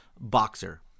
boxer